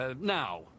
now